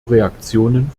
reaktionen